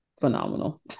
phenomenal